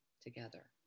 together